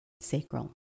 sacral